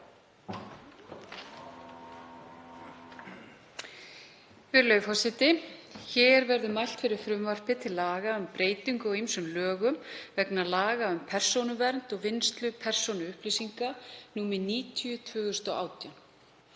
Hér verður mælt fyrir frumvarpi til laga um breytingu á ýmsum lögum vegna laga um persónuvernd og vinnslu persónuupplýsinga, nr. 90/2018.